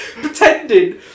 pretending